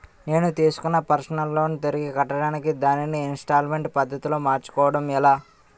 నేను తిస్కున్న personal loan తిరిగి కట్టడానికి దానిని ఇంస్తాల్మేంట్ పద్ధతి లో మార్చుకోవడం ఎలా?